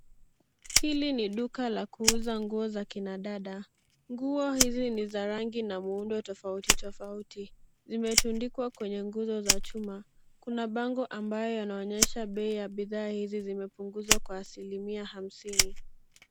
Hili ni duka la kuuza nguo za kina dada. Nguo hizi ni za rangi na muundo tofauti tofauti. Zimetundikwa kwenye nguzo za chuma. Kuna bango ambayo yanaonyesha bei ya bidhaa hizi zimepunguzwa kwa asili mia hamsini.